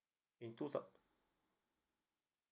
in two thou~